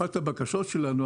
אחת הבקשות שלנו,